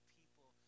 people